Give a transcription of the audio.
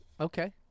Okay